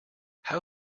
how